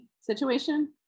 situation